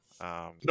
no